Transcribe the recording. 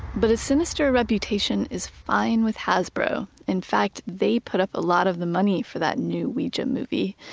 but a sinister reputation is fine with hasbro. in fact, they put up a lot of the money for that new ouija movie.